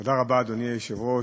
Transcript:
תודה רבה, אדוני היושב-ראש.